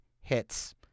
hits